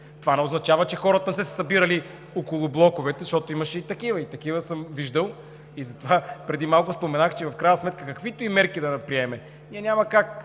Това не означава, че хората са се събирали около блоковете, защото имаше и такива, и такива съм виждал. Затова преди малко споменах, че в крайна сметка, каквито и мерки да приемем, няма как